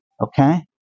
okay